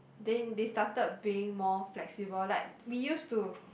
then they started being more flexible like we used to